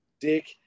dick